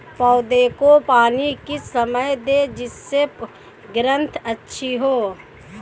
पौधे को पानी किस समय दें जिससे ग्रोथ अच्छी हो?